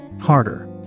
Harder